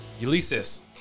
Ulysses